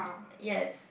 yes